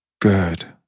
Good